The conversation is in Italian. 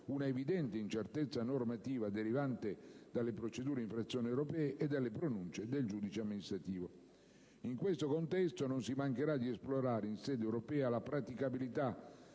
una evidente incertezza normativa, derivante dalla procedura d'infrazione europea e dalle pronunce del giudice amministrativo. In questo contesto non si mancherà di esplorare in sede europea la praticabilità